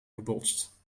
gebotst